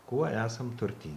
kuo esam turtingi